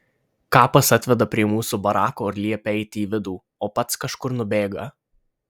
kapas atveda prie mūsų barako ir liepia eiti į vidų o pats kažkur nubėga